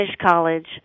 college